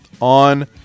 on